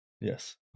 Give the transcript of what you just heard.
Yes